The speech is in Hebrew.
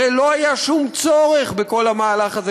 הרי לא היה שום צורך בכל המהלך הזה,